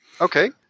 Okay